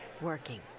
working